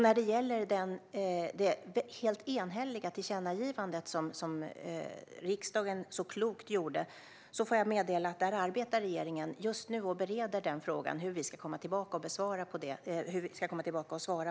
När det gäller det helt enhälliga tillkännagivandet som riksdagen så klokt gjorde får jag meddela att regeringen just nu bereder frågan och arbetar med hur vi ska komma tillbaka och svara.